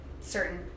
certain